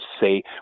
say